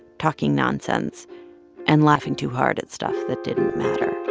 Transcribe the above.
talking nonsense and laughing too hard at stuff that didn't matter